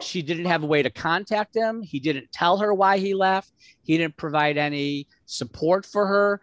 she didn't have a way to contact him he didn't tell her why he left he didn't provide any support for her